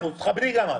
תכבדי גם את.